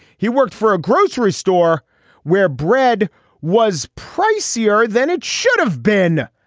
he worked for a grocery store where bread was pricier than it should have been.